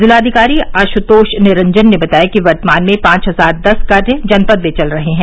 जिलाधिकारी आशुतोष निरंजन ने बताया कि वर्तमान में पांच हजार दस कार्य जनपद में चल रहे हैं